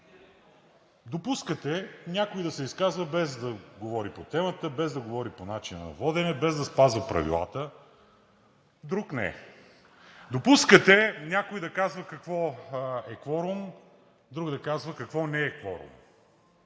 допускате някой да се изказва, без да говори по темата, без да говори по начина на водене, без да спазва правилата, друг не. Допускате някой да казва какво е кворум, друг да казва какво не е кворум.